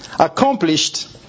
accomplished